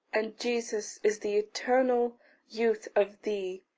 and jesus is the eternal youth of thee.